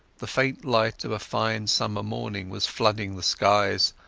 the faint light of a fine summer morning was flooding the skies,